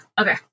Okay